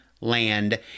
land